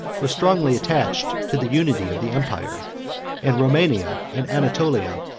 were strongly attached to the unity of the empire and romania and anatolia,